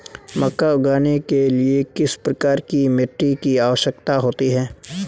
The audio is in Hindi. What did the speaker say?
मक्का उगाने के लिए किस प्रकार की मिट्टी की आवश्यकता होती है?